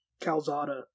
Calzada